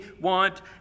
want